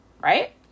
right